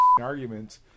arguments